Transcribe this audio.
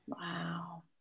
Wow